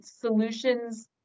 solutions